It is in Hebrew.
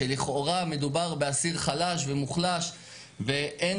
שלכאורה מדובר באסיר חלש ומוחלש ואין